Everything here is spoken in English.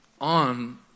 on